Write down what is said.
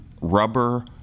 Rubber